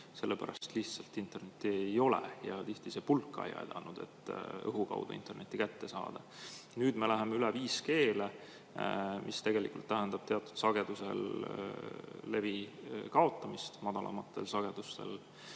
sellepärast et lihtsalt internetti ei olnud, ja tihti see pulk ka ei aidanud õhu kaudu internetti kätte saada. Nüüd me läheme üle 5G‑le, mis tegelikult tähendab, et teatud sagedusel, madalamatel sagedustel,